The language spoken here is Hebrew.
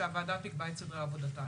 שהוועדה תקבע את סדרי עבודתה,